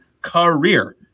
career